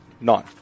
None